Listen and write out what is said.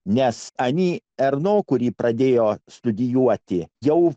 nes ani erno kurį pradėjo studijuoti jau